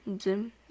Zoom